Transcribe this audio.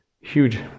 huge